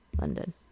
London